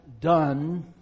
done